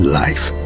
life